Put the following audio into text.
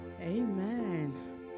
Amen